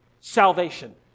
salvation